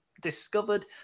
discovered